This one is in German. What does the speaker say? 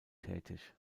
tätig